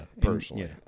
Personally